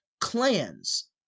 clans